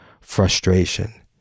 frustration